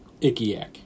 Ikiak